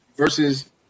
versus